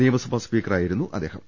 നിയമസഭാ സ്പീക്കറായിരുന്നു അദ്ദേഹം